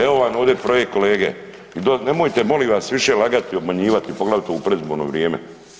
Evo vam ovdje projekt kolege i nemojte molim vas više lagati i obmanjivati poglavito u predizborno vrijeme.